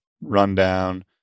rundown